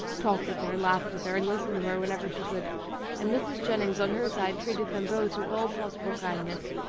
talked with her, laughed with her, and listened to her whenever she could and mrs. jennings on her side treated them both with all possible kindness,